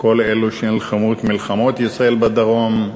כל אלה שנלחמו את מלחמות ישראל בדרום,